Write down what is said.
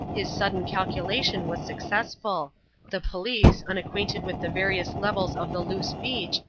his sudden calculation was successful the police, unacquainted with the various levels of the loose beach,